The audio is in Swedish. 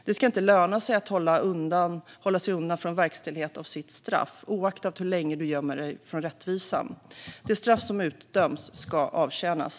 Det ska inte lönaasig att hålla sig undan från verkställigheten av ens straff, oavsett hur länge man gömmer sig från rättvisan. Det straff som utdömts ska avtjänas.